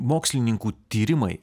mokslininkų tyrimai